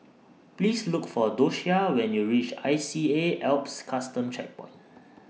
Please Look For Doshia when YOU REACH I C A Alps Custom Checkpoint